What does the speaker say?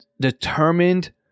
determined